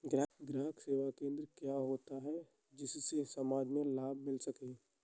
ग्राहक सेवा केंद्र क्या होता है जिससे समाज में लाभ मिल सके?